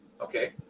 okay